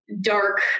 dark